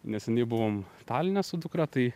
neseniai buvom taline su dukra tai